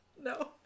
No